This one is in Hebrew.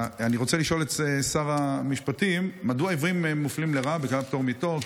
אני רוצה לשאול את שר המשפטים מדוע עיוורים מופלים לרעה בפטור מתור,